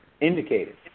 indicated